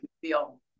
feel